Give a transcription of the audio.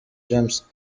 james